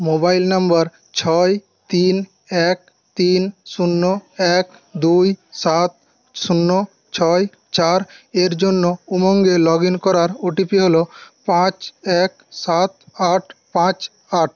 mobile নম্বর ছয় তিন এক তিন শূন্য এক দুই সাত শূন্য ছয় চার এর জন্য উমঙ্গে লগ ইন করার ওটিপি হল পাঁচ এক সাত আট পাঁচ আট